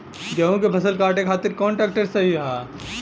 गेहूँ के फसल काटे खातिर कौन ट्रैक्टर सही ह?